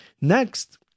Next